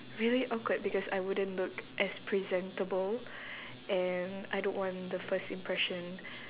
really awkward because I wouldn't look as presentable and I don't want the first impression